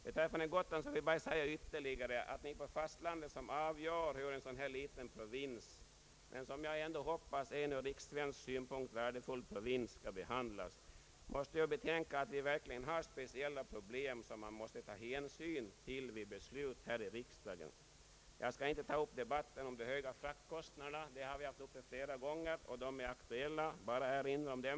Beträffande Gotland vill jag ytterligare säga att ni på fastlandet, som avgör hur en sådan här liten — men som jag ändå hoppas även från rikssvensk synpunkt värdefull — provins skall be Statsverkspropositionen m.m. handlas, måste betänka att vi verkligen har speciella problem som man måste ta hänsyn till vid beslut som fattas här i riksdagen. Jag skall inte i dag ta upp debatten om de höga fraktkostnaderna. Det har jag gjort flera gånger tidigare, och de är aktuella, men jag vill erinra om dem.